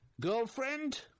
Girlfriend